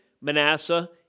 Manasseh